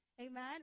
Amen